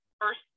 first